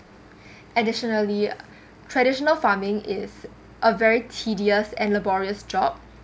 additionally traditional farming is a very tedious and laborious job